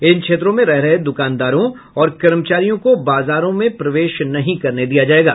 इन क्षेत्रों में रह रहे दुकानदारों और कर्मचारियों को बाजारों में प्रवेश नहीं करने दिया जाएगा